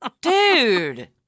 Dude